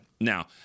Now